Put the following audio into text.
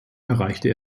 erreichte